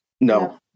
No